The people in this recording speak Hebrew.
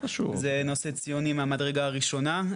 זה נושא ציוני מהמדרגה הראשונה.